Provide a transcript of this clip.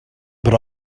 but